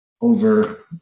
over